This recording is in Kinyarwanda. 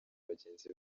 bagenzi